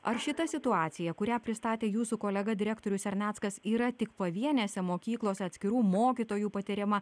ar šita situacija kurią pristatė jūsų kolega direktoriui serneckas yra tik pavienėse mokyklose atskirų mokytojų patiriama